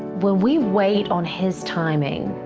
when we wait on his timing,